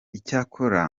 icyakora